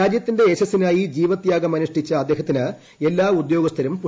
രാജ്യത്തിന്റെ യശസ്നനായി ജീവത്യാഗം അനുഷ്ഠിച്ച അദ്ദേഹത്തിന് എല്ലാ ഉദ്യോഗസ്ഥരും അർപ്പിച്ചു